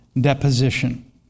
deposition